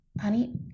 honey